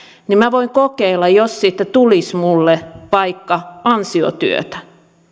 niin minä voin kokeilla jos siitä tulisi minulle vaikka ansiotyötä